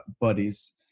buddies